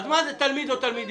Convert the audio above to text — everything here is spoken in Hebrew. אז מה זה תלמיד או תלמידים?